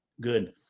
good